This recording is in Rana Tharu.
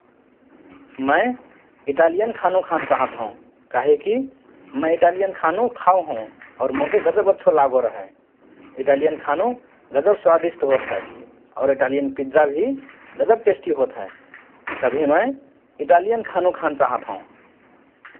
मए इटालियन खानु खान चाहत हओं । काहेकि मए इटालियन खानु खाओ हओं और मोके गजब अछ्छो लागो रहए । इटालियन खानु गजब स्वादिष्ट होत हए और इटालियन पिज्जा भि गजब टेस्टि होत हए । तभि मए इटालियन खानु खान चाहत हओं ।